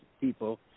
people